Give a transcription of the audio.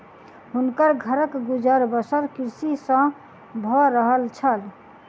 हुनकर घरक गुजर बसर कृषि सॅ भअ रहल छल